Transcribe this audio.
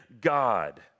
God